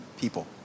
people